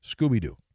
scooby-doo